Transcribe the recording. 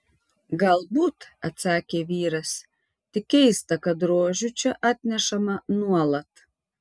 galbūt atsakė vyras tik keista kad rožių čia atnešama nuolat